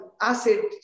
acid